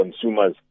consumers